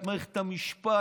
את מערכת המשפט,